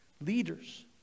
leaders